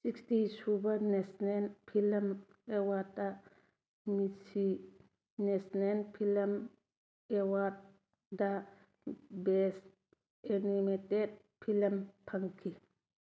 sixty ꯁꯨꯕ national film ꯑꯦꯋꯥꯔꯗꯇ ꯃꯤꯠꯁꯤ ꯅꯦꯁꯅꯦꯜ ꯐꯤꯂꯝ ꯑꯦꯋꯥꯔꯗꯇ ꯕꯦꯁ ꯑꯦꯅꯤꯃꯦꯇꯦꯗ ꯐꯤꯂꯝ ꯐꯪꯈꯤ